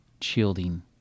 shielding